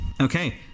Okay